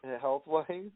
health-wise